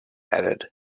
added